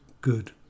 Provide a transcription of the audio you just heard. good